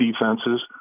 defenses